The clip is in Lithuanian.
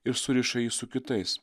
ir suriša jį su kitais